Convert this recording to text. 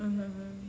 mmhmm hmm